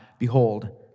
Behold